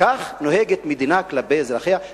כך נוהגת מדינה כלפי אזרחיה?